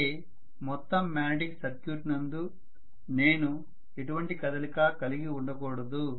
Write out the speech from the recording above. అయితే మొత్తం magnetic circuit నందు నేను ఎటువంటి కదలిక కలిగి ఉండకూడదు